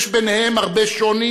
יש ביניהם הרבה שוני,